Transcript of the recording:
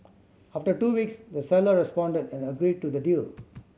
after two weeks the seller responded and agreed to the deal